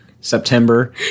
September